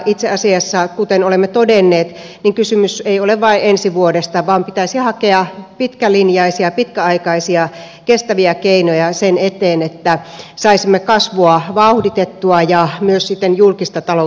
itse asiassa kuten olemme todenneet kysymys ei ole vain ensi vuodesta vaan pitäisi hakea pitkälinjaisia pitkäaikaisia kestäviä keinoja sen eteen että saisimme kasvua vauhditettua ja myös julkista taloutta kuntoon